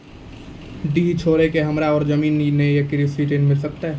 डीह छोर के हमरा और जमीन ने ये कृषि ऋण मिल सकत?